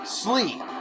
sleep